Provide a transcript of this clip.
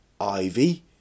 Ivy